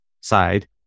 side